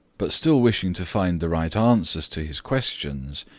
but still wishing to find the right answers to his questions,